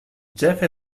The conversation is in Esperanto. ĉefe